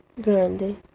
Grande